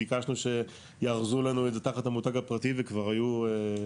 ביקשנו שיארזו לנו את זה תחת המותג הפרטי וכבר היו יצואנים.